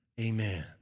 amen